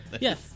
Yes